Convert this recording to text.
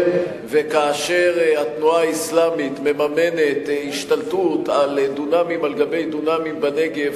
וכאשר התנועה האסלאמית מממנת השתלטות של דונמים על גבי דונמים בנגב,